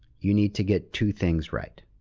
you need to get two things right.